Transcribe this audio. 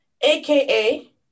aka